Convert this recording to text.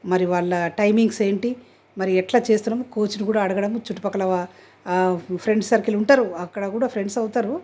మరి వాళ్ళ టైమింగ్స్ ఏంటి మరి ఎట్లా చేస్తున్నారు కోచ్ను కూడా అడగడము చుట్టుప్రక్కల వా ఫ్రెండ్ సర్కిల్ ఉంటారు అక్కడ కూడా ఫ్రెండ్స్ అవుతారు